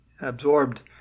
absorbed